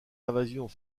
invasions